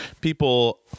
people